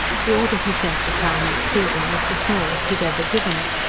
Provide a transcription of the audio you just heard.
the order he sent to town that season was the smallest he had ever given.